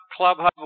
clubhub